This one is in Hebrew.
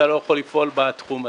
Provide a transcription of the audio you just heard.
אתה לא יכול לפעול בתחום הזה.